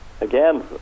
Again